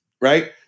right